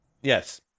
Yes